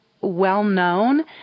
well-known